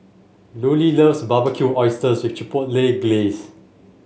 Lulie loves Barbecued Oysters with Chipotle Glaze